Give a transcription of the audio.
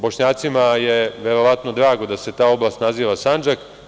Bošnjacima je verovatno drago da se ta oblast naziva Sandžak.